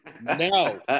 no